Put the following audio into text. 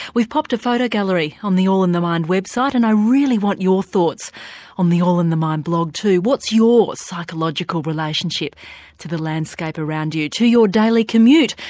we've popped a photo gallery on the all in the mind website and i really want your thoughts on the all in the mind blog too what's your psychological relationship to the landscape around you, to your daily commute,